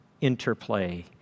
interplay